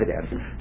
evidence